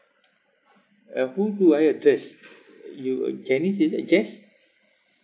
uh whom do I address uh you uh janice is it jess